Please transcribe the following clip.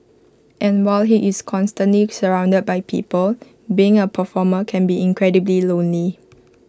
and while he is constantly surrounded by people being A performer can be incredibly lonely